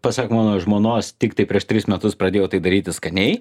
pasak mano žmonos tiktai prieš tris metus pradėjau tai daryti skaniai